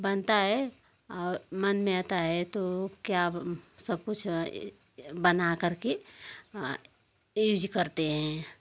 बनता है और मन में आता है तो क्या सब कुछ बना कर के इर्ज करते है